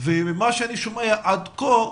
וממה שאני שומע עד כה,